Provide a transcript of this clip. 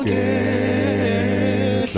a